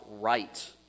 right